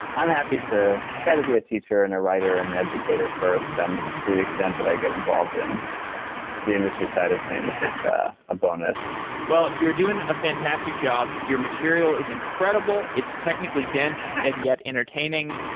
i'm happy to try to be a teacher and a writer and an educator first, and to the extent that i get involved in the industry side of things, it's a a bonus well, you're doing a fantastic job. your material is incredible. it's technical dense and yet entertaining.